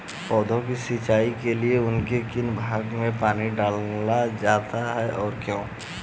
पौधों की सिंचाई के लिए उनके किस भाग पर पानी डाला जाता है और क्यों?